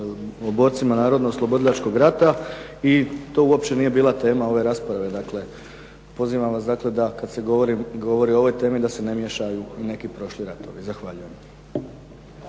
o borcima Narodnooslobodilačkog rata. I to uopće nije bila tema ove rasprave. Dakle, pozivam vas da kada se govori o ovoj temi da se ne miješaju neki prošli ratovi. Zahvaljujem.